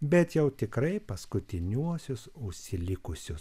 bet jau tikrai paskutiniuosius užsilikusius